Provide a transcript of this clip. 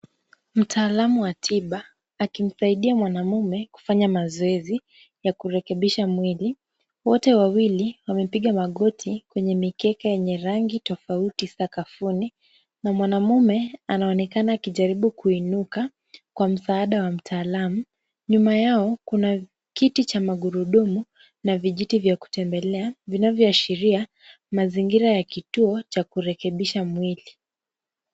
Mtaalam wa tiba akimsaidia mwanamme kufanya mazoezi ya kurekebisha mwili, wote wawili wamepiga magoti kwenye mikeka yenye rangi tofauti sakafuni na mwanamme anaonekana akijaribu kuinuka kwa msaada wa mtaalam. Nyuma yao, kuna kiti cha magurudumu na vijiti vya kutembelea vinavyoashiria mazingira ya kituo cha kurekebisha mwili.